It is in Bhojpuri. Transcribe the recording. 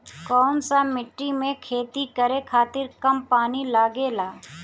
कौन सा मिट्टी में खेती करे खातिर कम पानी लागेला?